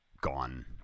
gone